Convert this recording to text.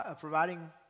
providing